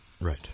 Right